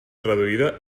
reduïda